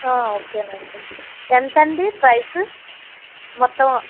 ఓకేనండి ఎంతండి ప్రైసు మొత్తం